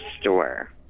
store